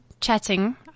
chatting